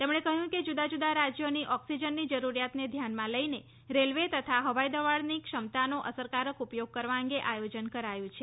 તેમણે કહ્યું કે જુદા જુદા રાજ્યોની ઓક્સિજનની જરૂરિયાતને ધ્યાનમાં લઇને રેલ્વે તથા હવાઇદળની ક્ષમતાનો અસરકારક ઉપયોગ કરવા અંગે આયોજન કરાયું છે